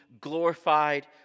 glorified